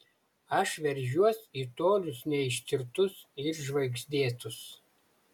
aš veržiuos į tolius neištirtus ir žvaigždėtus